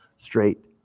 straight